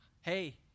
hey